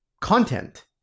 content